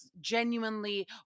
genuinely